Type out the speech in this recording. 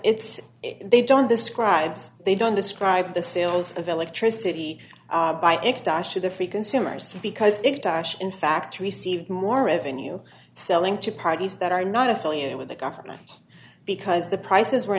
it's they don't describes they don't describe the sales of electricity by it dashed to the free consumers because it in fact received more revenue selling to parties that are not affiliated with the government because the prices were